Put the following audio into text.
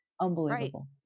unbelievable